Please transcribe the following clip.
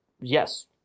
Yes